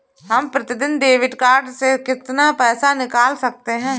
हम प्रतिदिन debit card से कितना पैसा निकाल सकते हैं?